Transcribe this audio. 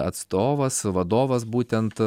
atstovas vadovas būtent